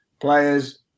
players